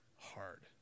hard